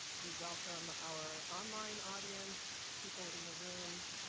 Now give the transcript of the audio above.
we welcome our online audience, people in the room,